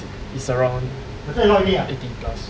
is around eighty plus